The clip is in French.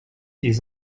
des